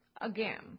again